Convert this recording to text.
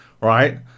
right